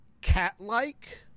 cat-like